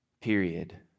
period